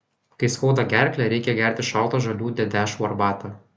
kai skauda gerklę reikia gerti šaltą žalių dedešvų arbatą